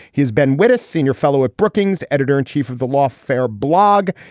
he's been with a senior fellow at brookings. editor in chief of the lawfare blog.